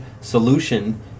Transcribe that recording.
solution